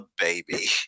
Baby